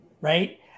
right